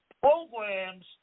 programs